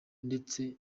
ndetse